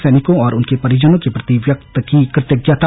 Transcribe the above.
सैनिकों और उनके परिजनों के प्रति व्यक्त की कृतज्ञता